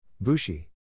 Bushi